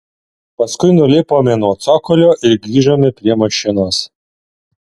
paskui nulipome nuo cokolio ir grįžome prie mašinos